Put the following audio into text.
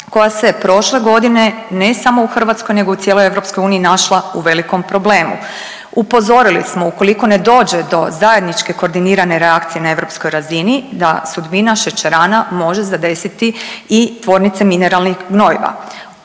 koja se prošle godine ne samo u Hrvatskoj nego u cijeloj EU našla u velikom problemu. Upozorili smo ukoliko ne dođe do zajedničke koordinirane reakcije na europskoj razini da sudbina šećerana može zadesiti i tvornice mineralnih gnojiva.